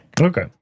okay